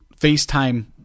FaceTime